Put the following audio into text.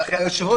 אדוני היושב-ראש,